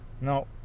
No